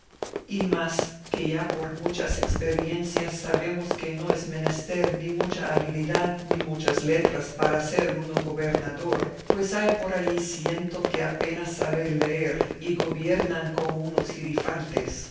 y más que ya por muchas experiencias sabemos que no es menester ni mucha habilidad ni muchas letras para ser uno gobernador pues hay por ahí ciento que apenas saber leer y gobiernan como unos girifaltes